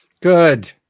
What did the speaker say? good